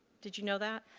did you know that?